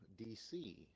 dc